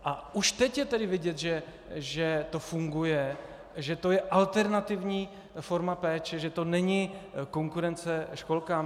A už teď je tedy vidět, že to funguje, že to je alternativní forma péče, že to není konkurence školkám.